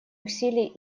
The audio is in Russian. усилий